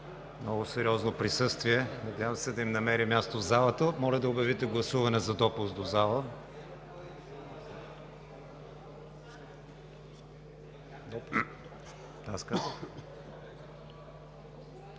Много сериозно присъствие. Надявам се да им намерим място в залата. Моля да обявите гласуване за допуск до залата.